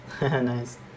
Nice